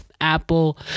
apple